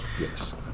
Yes